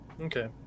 Okay